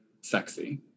sexy